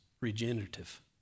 regenerative